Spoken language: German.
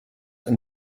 ein